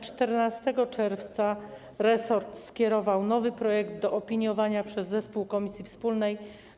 14 czerwca resort skierował nowy projekt do opiniowania przez zespół komisji wspólnej.